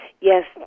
Yes